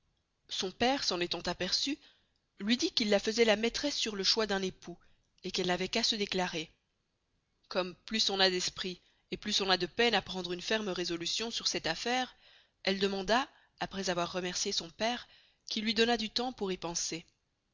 son pere s'en estant aperceu luy dit qu'il la faisoit la maistresse sur le choix d'un époux et qu'elle n'avoit qu'à se déclarer comme plus on a d'esprit et plus on a de peine à prendre une ferme resolution sur cette affaire elle demanda aprés avoir remercié son pere qu'il luy donnast du temps pour y penser